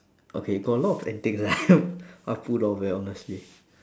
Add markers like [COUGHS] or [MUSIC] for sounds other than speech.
okay got a lot of antics eh [COUGHS] I pulled off eh honestly